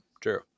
True